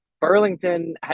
Burlington